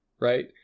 right